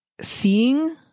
seeing